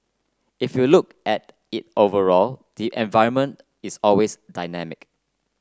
if you look at it overall the environment is always dynamic